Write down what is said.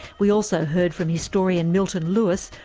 we also heard from historian milton lewis,